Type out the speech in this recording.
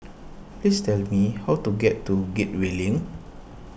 please tell me how to get to Gateway Link